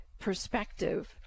perspective